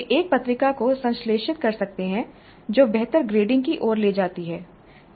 वे एक पत्रिका को संश्लेषित कर सकते हैं जो बेहतर ग्रेडिंग की ओर ले जाती है